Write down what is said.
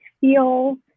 feel